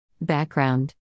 Background